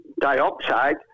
dioxide